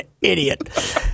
idiot